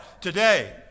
today